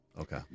Okay